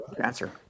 answer